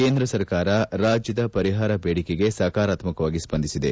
ಕೇಂದ್ರ ಸರ್ಕಾರ ರಾಜ್ಯದ ಪರಿಹಾರ ಬೇಡಿಕೆಗೆ ಸಕಾರಾತ್ಮಕವಾಗಿ ಸ್ಪಂದಿಸಿದೆ